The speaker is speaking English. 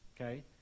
okay